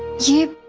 you.